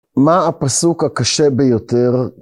מה הפסוק הקשה ביותר?